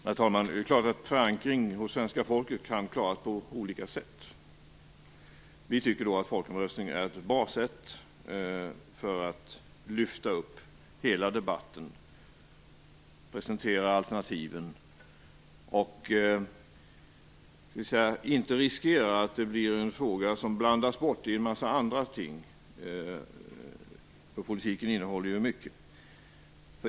Herr talman! Det är klart att förankring hos svenska folket kan klaras på olika sätt. Vi tycker då att folkomröstning är ett bra sätt att lyfta upp hela debatten och presentera alternativen. Därmed riskerar vi inte att det blir en fråga som blandas bort i en massa andra ting - politiken innehåller ju mycket.